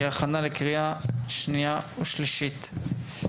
להכנה לקריאה שנייה ושלישית.